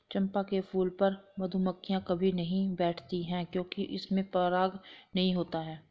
चंपा के फूल पर मधुमक्खियां कभी नहीं बैठती हैं क्योंकि इसमें पराग नहीं होता है